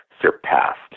surpassed